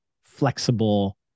flexible